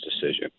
decision